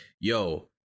yo